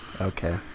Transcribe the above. Okay